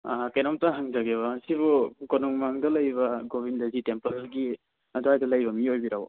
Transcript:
ꯀꯩꯅꯣꯝꯇ ꯍꯪꯖꯒꯦꯕ ꯁꯤꯕꯨ ꯀꯣꯅꯨꯡ ꯃꯉꯥꯡꯗ ꯂꯩꯕ ꯒꯣꯕꯤꯟꯗꯖꯤ ꯇꯦꯝꯄꯜꯒꯤ ꯑꯗꯨꯋꯥꯏꯗ ꯂꯩꯕ ꯃꯤ ꯑꯣꯏꯕꯤꯔꯕꯣ